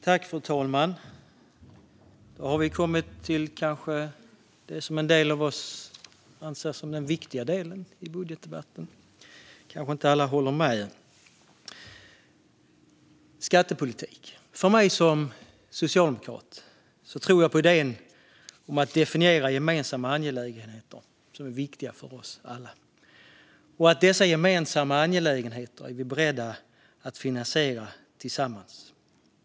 Fru talman! Då har vi kommit till det som en del av oss anser vara den viktiga delen i budgetdebatten - men kanske inte alla håller med - nämligen skattepolitiken. För mig som socialdemokrat tror jag på idén om att definiera gemensamma angelägenheter som är viktiga för oss alla. Dessa gemensamma angelägenheter är vi beredda att finansiera tillsammans.